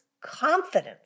confidence